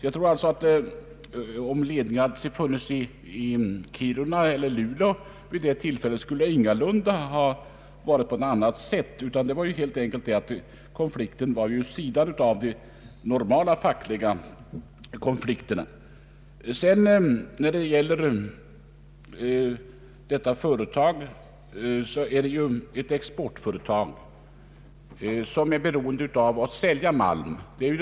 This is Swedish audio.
Jag tror inte det skulle ha förändrat situationen om LKAB:s ledning hade funnits i Kiruna eller Luleå vid det tillfället. LKAB är ett exportföretag som är beroende av att kunna sälja sin malm.